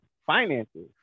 finances